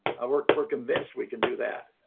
we're we're convinced we can do that.